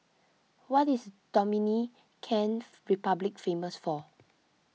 what is Dominican Republic famous for